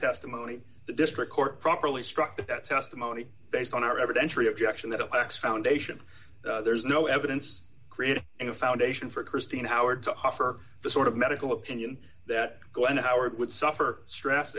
testimony the district court properly struck that testimony based on our everyday entry objection that it lacks foundation there's no evidence create a foundation for christine howard to offer the sort of medical opinion that glen howard would suffer stress